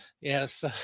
Yes